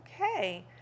Okay